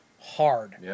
hard